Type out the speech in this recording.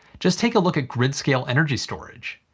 just take a look at grid-scale energy storage.